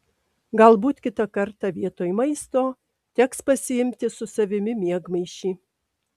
galbūt kitą kartą vietoj maisto teks pasiimti su savimi miegmaišį